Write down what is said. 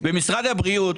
משרד הבריאות,